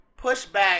pushback